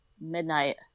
midnight